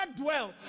dwell